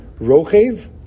Rochev